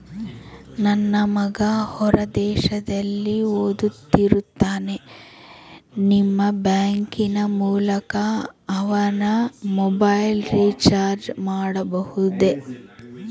ನನ್ನ ಮಗ ಹೊರ ದೇಶದಲ್ಲಿ ಓದುತ್ತಿರುತ್ತಾನೆ ನಿಮ್ಮ ಬ್ಯಾಂಕಿನ ಮೂಲಕ ಅವನ ಮೊಬೈಲ್ ರಿಚಾರ್ಜ್ ಮಾಡಬಹುದೇ?